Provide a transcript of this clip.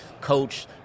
coach